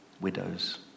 widows